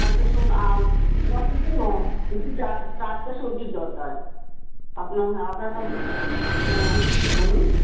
আচ্ছা শুনুন আমার কিন্তু হ্যাঁ কিছু টাটকা সবজির দরকার আপনার হ্যাঁ আপনার কাছে হ্যাঁ হ্যাঁ হ্যাঁ বলুন